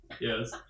yes